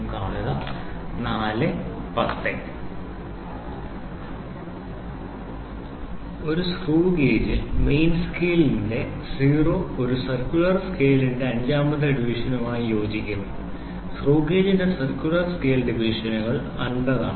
80 mm ഒരു screw ഗേജിൽ main സ്കെയിലിന്റെ സീറോ ഒരു സർക്കുലർ സ്കെയിലിന്റെ അഞ്ചാമത്തെ ഡിവിഷനുമായി യോജിക്കുന്നു സ്ക്രൂ ഗേജിന്റെ സർക്കുലർ സ്കെയിൽ ഡിവിഷനുകൾ 50 ആണ്